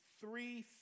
three